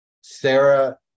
Sarah